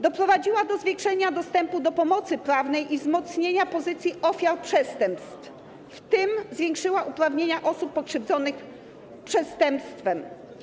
Doprowadziła do zwiększenia dostępu do pomocy prawnej i wzmocnienia pozycji ofiar przestępstw, w tym zwiększyła uprawnienia osób pokrzywdzonych przestępstwem.